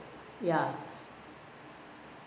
ya